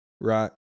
right